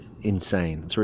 insane